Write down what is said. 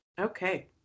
okay